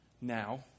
now